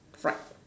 fried